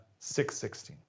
6.16